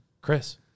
Chris